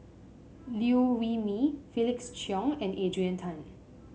Liew Wee Mee Felix Cheong and Adrian Tan